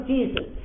Jesus